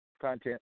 content